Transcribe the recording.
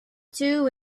two